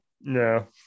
no